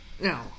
No